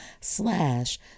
slash